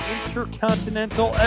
Intercontinental